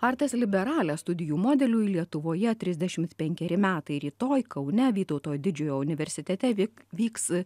artes liberales studijų modeliui lietuvoje trisdešimt penkeri metai rytoj kaune vytauto didžiojo universitete vyk vyks